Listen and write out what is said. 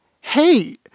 hey